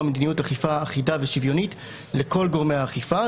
מדיניות אכיפה אחידה ושוויונית לכל גורמי האכיפה.